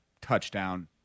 touchdown